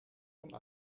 van